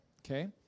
okay